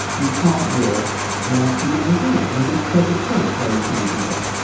you can't wear nazi memorabilia and it makes perfect sense why you can't do that.